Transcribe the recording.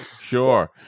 Sure